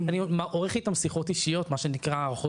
אני עורך איתם שיחות אישיות מה שנקרא "הערכות